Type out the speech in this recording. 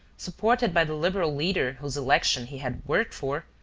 supported by the liberal leader whose election he had worked for,